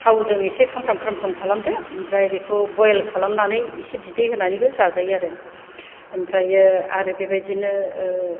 थावजों इसे खामफ्राम खामफ्राम खालामदो ओमफ्राय बेखौ बयल खालामनानै इसे बिदै होनानैबो जाजायो आरो ओमफ्राय आरो बेबायदिनो